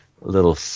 little